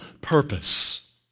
purpose